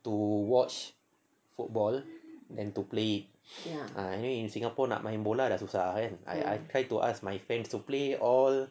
to watch football then to play anyway in singapore nak main bola dah susah I I try to ask my friends to play all